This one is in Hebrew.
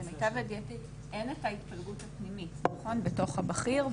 למיטב ידיעתי אין את ההתפלגות הפנימית בתוך הבכיר,